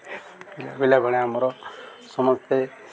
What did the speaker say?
ପିଲାବେଳେ ଆମର ସମସ୍ତେ